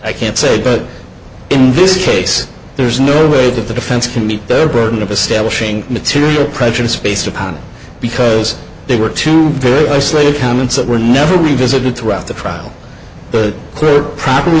i can't say but in this case there's no way that the defense can meet their burden of establishing material prejudice based upon because they were two very isolated comments that were never revisited throughout the trial the third properly